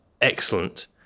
excellent